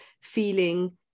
feeling